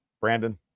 Brandon